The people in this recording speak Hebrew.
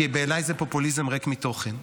כי בעיניי זה פופוליזם ריק מתוכן.